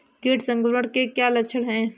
कीट संक्रमण के क्या क्या लक्षण हैं?